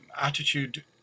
attitude